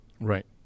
Right